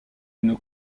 une